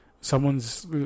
Someone's